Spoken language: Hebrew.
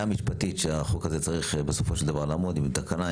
המשפטית שבה החוק הזה צריך בסוף לעמוד אם זה תקנה,